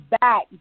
back